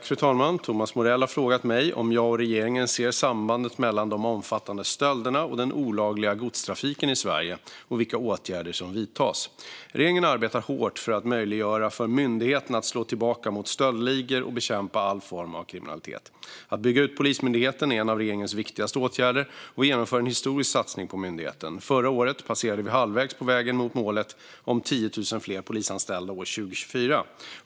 Fru talman! Thomas Morell har frågat mig om jag och regeringen ser sambandet mellan de omfattande stölderna och den olagliga godstrafiken i Sverige och vilka åtgärder som vidtas. Regeringen arbetar hårt för att möjliggöra för myndigheterna att slå tillbaka mot stöldligor och bekämpa all form av kriminalitet. Att bygga ut Polismyndigheten är en av regeringens viktigaste åtgärder, och vi genomför en historisk satsning på myndigheten. Förra året passerade vi halvvägs på vägen mot målet om 10 000 fler polisanställda år 2024.